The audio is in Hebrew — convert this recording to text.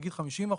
נגיד 50%,